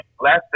last